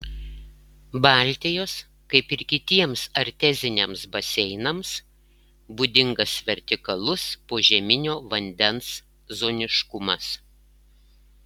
baltijos kaip ir kitiems arteziniams baseinams būdingas vertikalus požeminio vandens zoniškumas